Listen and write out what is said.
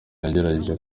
yagerageje